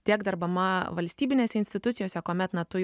tiek darbama valstybinėse institucijose kuomet na tu jau